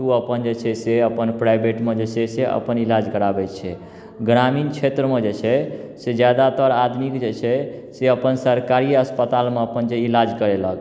ओ अपन जे छै से अपन प्राइवेटमे जे छै से अपन इलाज कराबै छै ग्रामीण क्षेत्रमे जे छै से जादातर आदमी के जे छै से अपन सरकारिए अस्पतालमे अपन जे इलाज करेलक